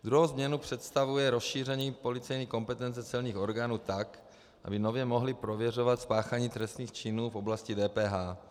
Druhou změnu představuje rozšíření policejní kompetence celních orgánů tak, aby nově mohly prověřovat spáchání trestných činů v oblasti DPH.